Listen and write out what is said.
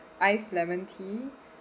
ice lemon tea